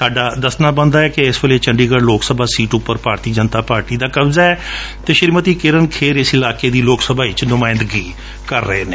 ਸਾਡਾ ਦਸੱਣਾ ਬਣਦਾ ਏ ਕਿ ਇਸ ਵੇਲੇ ਚੰਡੀਗੜ ਲੋਕ ਸਭਾ ਸੀਟ ਉਪਰ ਭਾਰਤੀ ਜਨਤਾ ਪਾਰਟੀ ਦਾ ਕਬਜ਼ਾ ਏ ਅਤੇ ਸ੍ਰੀਮਤੀ ਕਿਰਨ ਖੇਰ ਇਸ ਇਲਾਕੇ ਦੀ ਲੋਕ ਸਭਾ ਵਿਚ ਨੁਮਾੱਇਦਗੀ ਕਰ ਰਹੇ ਨੇ